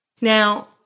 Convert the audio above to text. Now